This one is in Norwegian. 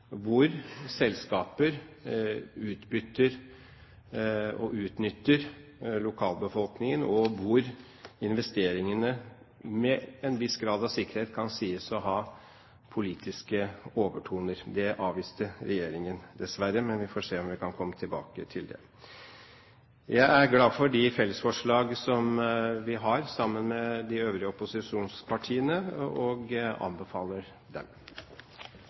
hvor selskaper utbytter og utnytter lokalbefolkningen, og hvor investeringene med en viss grad av sikkerhet kan sies å ha politiske overtoner. Det avviste regjeringen dessverre, men vi får se om vi kan komme tilbake til det. Jeg er glad for de fellesforslag som vi har sammen med de øvrige opposisjonspartiene, og anbefaler dem.